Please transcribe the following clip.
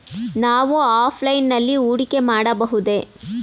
ನಾವು ಆಫ್ಲೈನ್ ನಲ್ಲಿ ಹೂಡಿಕೆ ಮಾಡಬಹುದೇ?